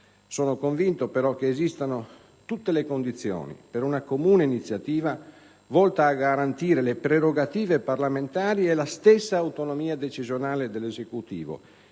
Sono convinto però che esistano tutte le condizioni per una comune iniziativa volta a garantire le prerogative parlamentari e la stessa autonomia decisionale dell'Esecutivo,